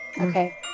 Okay